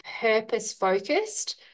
purpose-focused